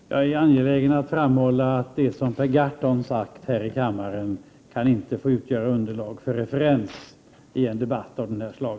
Herr talman! Jag är angelägen att framhålla att det som Per Gahrton sagt här i kammaren inte kan få utgöra underlag för referens i en debatt av detta slag.